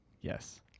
Yes